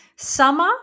Summer